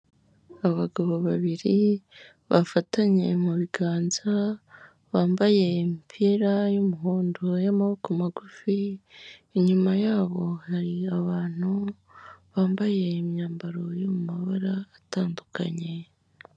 Abagabo babiri bafatanye mu biganza, bambaye imipira y'umuhondo y'amaboko magufi, inyuma yabo hari abantu, bambaye imyambaro y'amabara atandukanye.